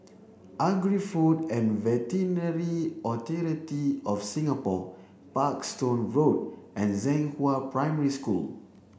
Agri Food and Veterinary Authority of Singapore Parkstone Road and Zhenghua Primary School